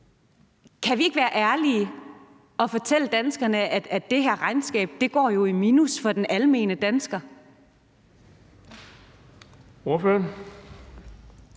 Kan vi ikke være ærlige og fortælle danskerne, at det her regnskab jo går i minus for den almene dansker?